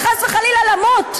וחס וחלילה למות,